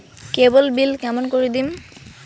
কেবল bill কেমন করি দিম?